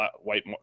white